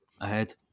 ahead